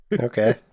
okay